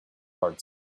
heart